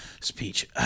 speech